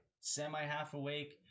semi-half-awake